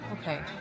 Okay